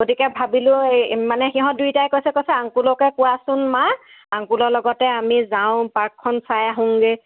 গতিকে ভাবিলোঁ এই মানে সিহঁত দুইটাই কৈছে আংকোলকে কোৱাচোন মা আংকোলৰ লগতে আমি যাওঁ পাৰ্কখন চাই আহোঁ গৈ